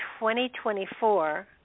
2024